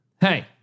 Hey